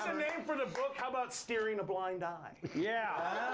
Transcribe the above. name for the book, how about steering a blind eye. yeah,